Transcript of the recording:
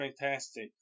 Fantastic